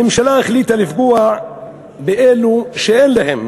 הממשלה החליטה לפגוע באלו שאין להם,